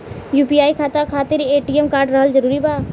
UPI खाता खातिर ATM card रहल जरूरी बा?